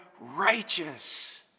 righteous